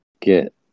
get